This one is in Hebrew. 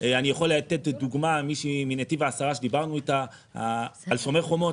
אני יכול לתת דוגמה: מישהי מנתיב העשרה שדיברנו איתה על שומר חומות,